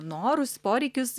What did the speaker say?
norus poreikius